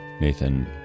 Nathan